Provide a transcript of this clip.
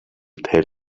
tell